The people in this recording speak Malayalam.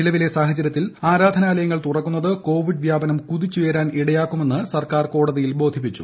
നിലവിലെ സാഹചര്യത്തിൽ ആരാധനാലയങ്ങൾ തുറക്കുന്നത് കോവിഡ് വ്യാപനം കുതിച്ചുയരാൻ ഇടയാക്കുമെന്ന് സർക്കാർ കോടതിയിൽ ബോധിപ്പിച്ചു